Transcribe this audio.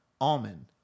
Almond